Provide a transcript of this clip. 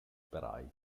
operai